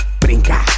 Brinca